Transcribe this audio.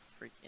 freaking